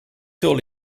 veel